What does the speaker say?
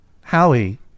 Howie